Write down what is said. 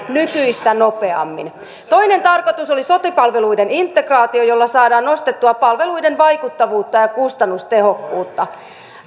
nykyistä nopeammin toinen tarkoitus oli sote palveluiden integraatio jolla saadaan nostettua palveluiden vaikuttavuutta ja kustannustehokkuutta